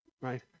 right